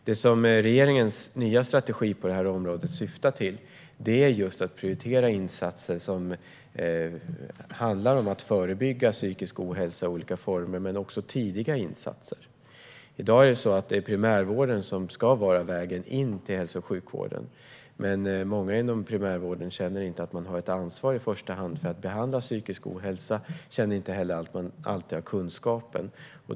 Det som regeringens nya strategi på detta område syftar till är att prioritera insatser som handlar om att förebygga psykisk ohälsa i olika former men också tidiga insatser. I dag är det primärvården som ska vara vägen in till hälso och sjukvården, men många inom primärvården känner inte att de i första hand har ett ansvar för att behandla psykisk ohälsa och känner heller inte alltid att de har kunskapen.